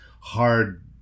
hard